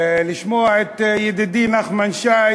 לשמוע את ידידי נחמן שי,